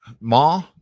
Ma